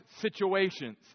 situations